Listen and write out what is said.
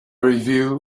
review